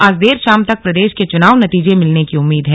आज देर शाम तक प्रदेश के चुनाव नतीजे मिलने की उम्मीद है